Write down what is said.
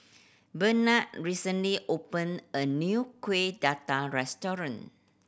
Brennan recently opened a new Kueh Dadar restaurant